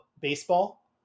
baseball